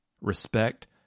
respect